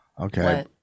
Okay